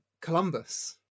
Columbus